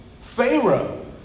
Pharaoh